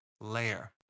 layer